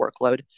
workload